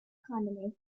economy